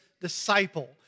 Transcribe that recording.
Disciple